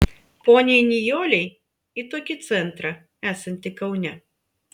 poniai nijolei į tokį centrą esantį kaune